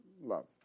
love